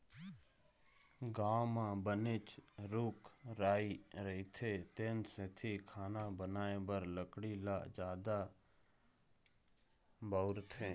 गाँव म बनेच रूख राई रहिथे तेन सेती खाना बनाए बर लकड़ी ल जादा बउरथे